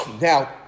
Now